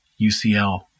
UCL